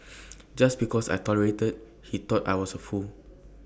just because I tolerated he thought I was A fool